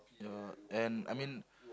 ya and I mean